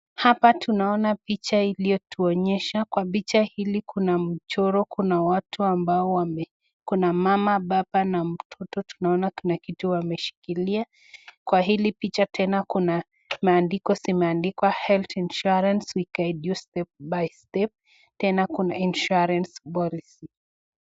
Hapa tunaona picha iliyo tuonyesha kwa picha hili kuna mchoro kuna watu ambao wame. Kuna mama, baba na mtoto. Tunaona kuna kitu wameshikilia. Kwa hili picha tena kuna maandiko zimeandikwa [Health Insurance step by step ]. Tena kuna [Insurance Policy]